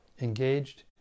engaged